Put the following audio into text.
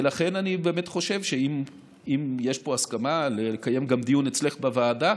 ולכן אני באמת חושב שאם יש פה הסכמה לקיים גם דיון אצלך בוועדה,